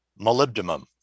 molybdenum